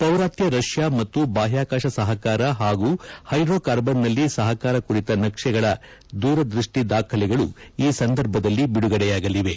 ಪೌರಾತ್ಯ Russia ಮತ್ತು ಬಾಹ್ಯಾಕಾಶ ಸಹಕಾರ ಹಾಗೂ ಹೈದ್ರೋಕಾರ್ಬನ್ನಲ್ಲಿ ಸಹಕಾರ ಕುರಿತ ನಕ್ಷೆಗಳ ದೂರದೃಷ್ಟಿ ದಾಖಲೆಗಳು ಈ ಸಂದರ್ಭದಲ್ಲಿ ಬಿದುಗಡೆಯಾಗಲಿವೆ